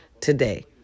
today